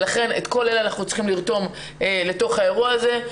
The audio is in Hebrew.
לכן את כל אלה אנחנו צריכים לרתום לאירוע הזה.